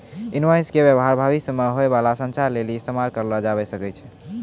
invoice के व्य्वहार भविष्य मे होय बाला संचार लेली इस्तेमाल करलो जाबै सकै छै